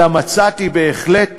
אלא מצאתי בהחלט